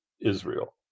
Israel